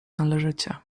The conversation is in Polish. należycie